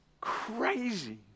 crazy